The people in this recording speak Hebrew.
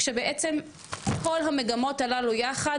כשבעצם כל המגמות הללו יחד,